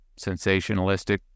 sensationalistic